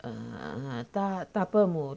err err 大大伯母